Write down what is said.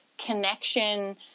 connection